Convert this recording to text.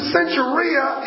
Centuria